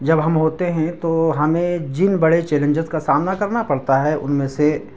جب ہم ہوتے ہیں تو ہمیں جن بڑے چیلنجز کا سامنا کرنا پڑتا ہے ان میں سے